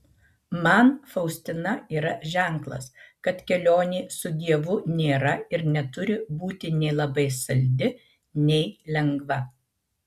man faustina yra ženklas kad kelionė su dievu nėra ir neturi būti nei labai saldi nei lengva